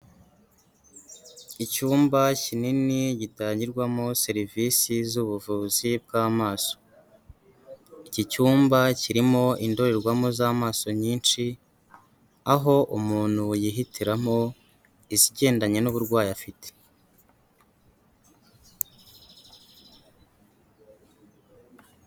Icyumba kinini gitangirwamo serivisi z'ubuvuzi bw'amaso. Iki cyumba kirimo indorerwamo z'amaso nyinshi, aho umuntu yihitiramo izigendanye n'uburwayi afite.